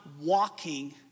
walking